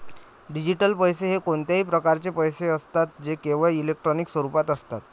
digital पैसे हे कोणत्याही प्रकारचे पैसे असतात जे केवळ इलेक्ट्रॉनिक स्वरूपात असतात